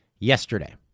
Yesterday